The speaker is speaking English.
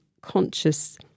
conscious